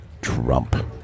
Trump